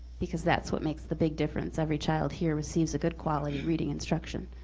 because that's what makes the big difference, every child here receives a good quality reading instruction.